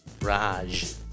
Raj